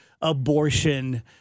abortion